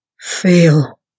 feel